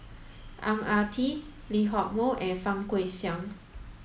Ang Ah Tee Lee Hock Moh and Fang Guixiang